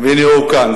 והנה הוא כאן.